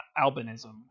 albinism